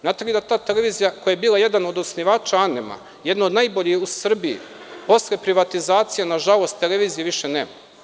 Znate li vi da te televizije, koja je bila jedna od osnivača ANEM-a, jedna od najboljih u Srbiji, posle privatizacije, nažalost, televizije više nema.